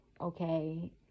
okay